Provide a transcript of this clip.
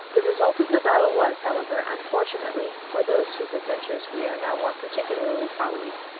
the result of the battle was, however, unfortunately for those whose adventures we are now more particularly following,